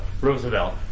Roosevelt